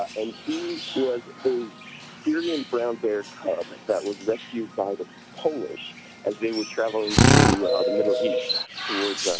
ah and he was a syrian brown bear cub that was rescued by the polish as they were travelling through ah the middle east towards, ah